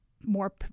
more